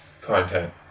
Content